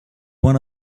one